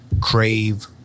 Crave